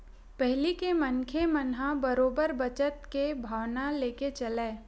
पहिली के मनखे मन ह बरोबर बचत के भावना लेके चलय